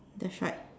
that's right